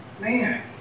Man